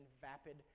vapid